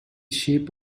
shape